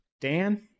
Dan